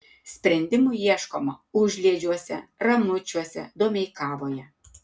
sprendimų ieškoma užliedžiuose ramučiuose domeikavoje